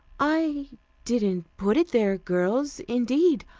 i didn't put it there, girls, indeed.